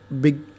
big